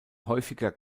häufiger